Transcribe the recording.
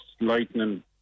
lightning